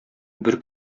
бер